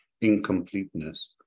incompleteness